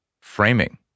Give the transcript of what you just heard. framing